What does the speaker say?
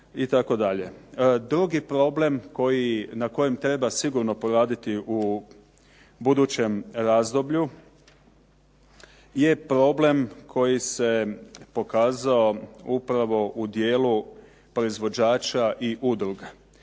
Drugi problem na kojem treba sigurno poraditi u budućem razdoblju je problem koji se pokazao upravo u dijelu proizvođača i udruga.